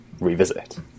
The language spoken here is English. revisit